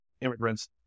immigrants